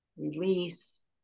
release